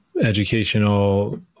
educational